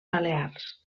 balears